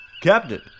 Captain